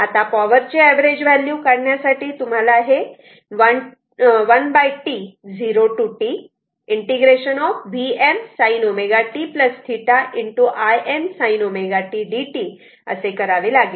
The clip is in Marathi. आता पॉवर ची ऍव्हरेज व्हॅल्यू काढण्यासाठी तुम्हाला हे असे 1 T 0 ते T ∫ Vm sin ω t θ Im sin ω t dt करावे लागेल